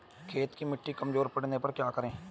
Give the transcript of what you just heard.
खेत की मिटी कमजोर पड़ने पर क्या करें?